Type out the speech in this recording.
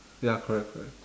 ya correct correct